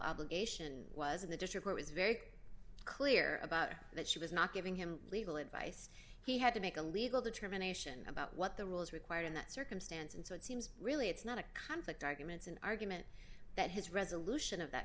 obligation was in the district it was very clear about that she was not giving him legal advice he had to make a legal determination about what the rules required in that circumstance and so it seems really it's not a conflict arguments an argument that his resolution of that